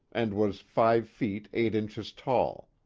and was five feet, eight inches tall.